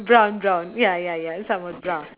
brown brown ya ya ya somewhat brown